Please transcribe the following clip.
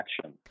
action